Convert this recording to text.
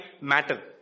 matter